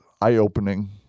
eye-opening